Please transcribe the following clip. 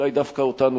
אולי דווקא אותנו,